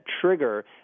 trigger